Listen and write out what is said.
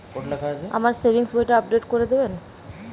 আমার সেভিংস বইটা আপডেট করে দেবেন?